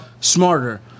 smarter